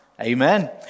Amen